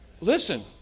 Listen